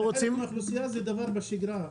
--- זה דבר בשגרה.